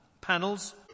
panels